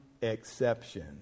exception